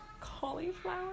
Cauliflower